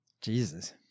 Jesus